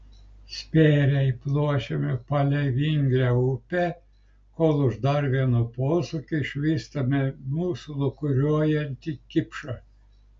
spėriai pluošiame palei vingrią upę kol už dar vieno posūkio išvystame mūsų lūkuriuojantį kipšą